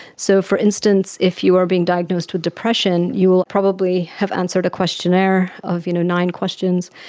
so, for instance, if you are being diagnosed with depression, you will probably have answered a questionnaire of you know nine questions,